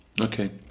Okay